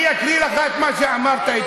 אני אקריא לך את מה שאמרת אתמול.